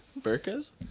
Burkas